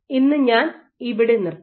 ഇന്ന് ഞാൻ ഇവിടെ നിർത്തുന്നു